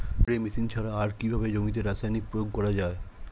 Spray machine ছাড়া আর কিভাবে জমিতে রাসায়নিক প্রয়োগ করা যায়?